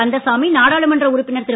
கந்தசாமி நாடாளுமன்ற உறுப்பினர் திரு